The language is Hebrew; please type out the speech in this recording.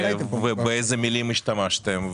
באיזה מילים השתמשתם.